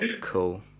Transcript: Cool